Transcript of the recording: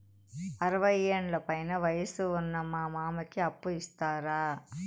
అరవయ్యేండ్ల పైన వయసు ఉన్న మా మామకి అప్పు ఇస్తారా